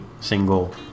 single